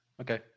Okay